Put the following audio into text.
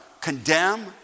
condemn